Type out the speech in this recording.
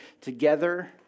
together